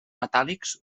metàl·lics